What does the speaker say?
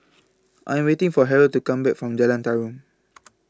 I Am waiting For Harrold to Come Back from Jalan Tarum